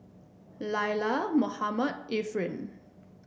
Lila Mohammad Efren